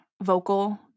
vocal